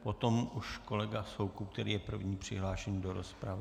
Potom už kolega Soukup, který je první přihlášený do rozpravy.